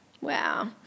Wow